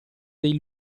dei